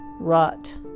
rot